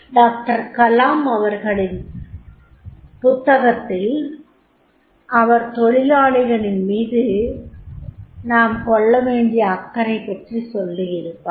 doctor Kalam அவர்களின் புத்தகத்தில் அவர் தொழிலாளிகளின் மீது நாம் கொள்ளவேண்டிய அக்கறை பற்றி சொல்லியிருப்பார்